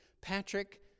Patrick